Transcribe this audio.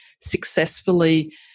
successfully